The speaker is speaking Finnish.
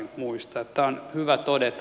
tämä on hyvä todeta